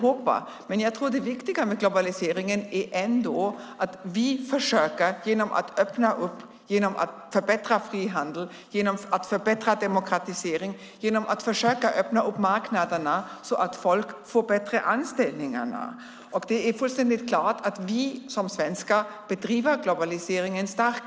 Jag tror ändå att det viktiga med globaliseringen är att vi försöker, genom att öppna upp, genom att förbättra frihandeln, genom att förbättra demokratiseringen och genom att öppna upp marknaderna så att folk får bättre anställningar. Det är fullständigt klart att vi som svenskar starkt driver globaliseringen.